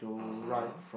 (uh huh)